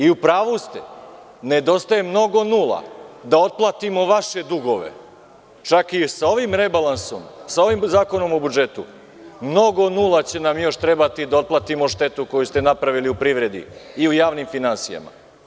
Upravu ste, nedostaje mnogo nula da otplatimo vaše dugove čak i sa ovim Zakonom o budžetu mnogo nula će nam još trebati da otplatimo štetu koju ste napravili u privredi i u javnim finansijama.